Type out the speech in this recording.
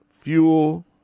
fuel